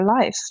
life